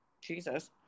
Jesus